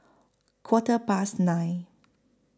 Quarter Past nine